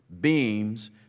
Beams